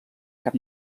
cap